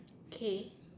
K